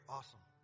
Awesome